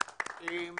בהצלחה.